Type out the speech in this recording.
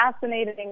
fascinating